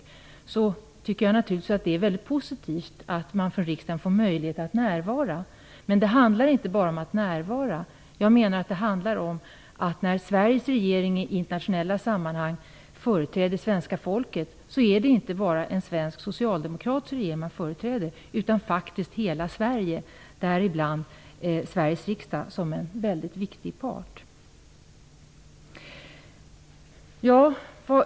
Naturligtvis tycker jag att det är mycket positivt att riksdagen får möjlighet att närvara. Men det handlar inte bara om att närvara. När Sveriges regering i internationella sammanhang företräder svenska folket är det inte bara, menar jag, en svensk socialdemokratisk regering som man företräder, utan faktiskt hela Sverige. Där är Sveriges riksdag en väldigt viktig part.